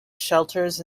shelters